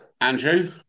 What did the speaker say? Andrew